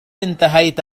انتهيت